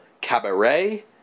Cabaret